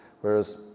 Whereas